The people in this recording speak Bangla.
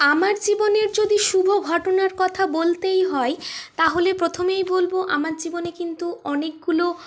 আমার জীবনের যদি শুভ ঘটনার কথা বলতেই হয় তাহলে প্রথমেই বলবো আমার জীবনে কিন্তু অনেকগুলো